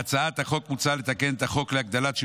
בהצעת החוק מוצע לתקן את החוק להגדלת שיעור